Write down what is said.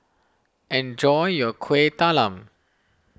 enjoy your Kuih Talam